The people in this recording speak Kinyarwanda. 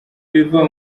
biva